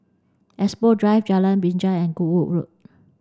Expo Drive Jalan Binjai and Goodwood Road